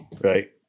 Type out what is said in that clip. right